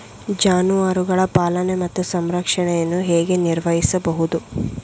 ಜಾನುವಾರುಗಳ ಪಾಲನೆ ಮತ್ತು ಸಂರಕ್ಷಣೆಯನ್ನು ಹೇಗೆ ನಿರ್ವಹಿಸಬಹುದು?